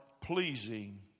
pleasing